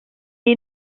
est